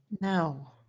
No